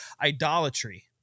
idolatry